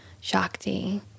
shakti